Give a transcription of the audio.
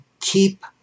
keep